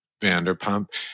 Vanderpump